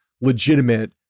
legitimate